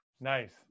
Nice